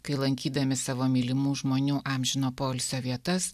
kai lankydami savo mylimų žmonių amžino poilsio vietas